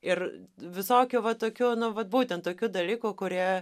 ir visokių va tokių nu vat būtent tokių dalykų kurie